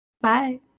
bye